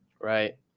right